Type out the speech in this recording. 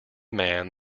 man